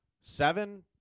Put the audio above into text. Seven